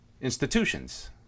institutions